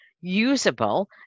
usable